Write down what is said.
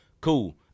cool